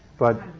but,